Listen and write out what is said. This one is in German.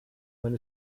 meine